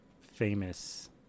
famous